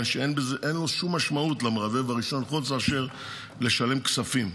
שאין שום משמעות למרבב הראשון חוץ מאשר לשלם כספים.